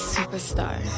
Superstar